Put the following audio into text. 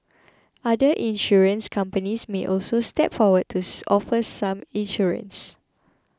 other insurance companies may also step forward to offer such insurance